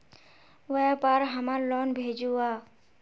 व्यापार हमार लोन भेजुआ?